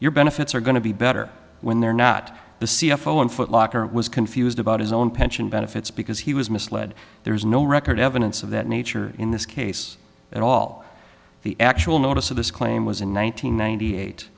your benefits are going to be better when they're not the c f o in footlocker was confused about his own pension benefits because he was misled there is no record evidence of that nature in this case at all the actual notice of this claim was in